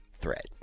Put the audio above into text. threat